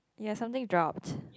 ya something dropped